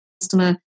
customer